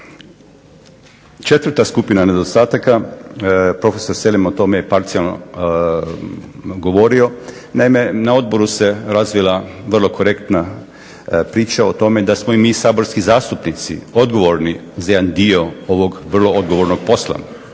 Četvrta skupina nedostatka. Profesor Selem o tome je parcijalno govorio. Naime, na odboru se razvila vrlo korektna priča o tome da smo i mi saborski zastupnici odgovorni za jedan dio ovog vrlo odgovornog posla.